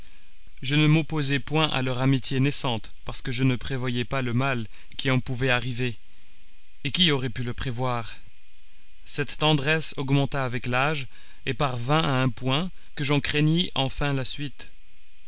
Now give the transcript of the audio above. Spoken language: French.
je ne m'opposai point à leur amitié naissante parce que je ne prévoyais pas le mal qui en pouvait arriver et qui aurait pu le prévoir cette tendresse augmenta avec l'âge et parvint à un point que j'en craignis enfin la suite